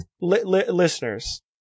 Listeners